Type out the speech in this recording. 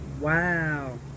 Wow